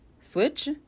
switch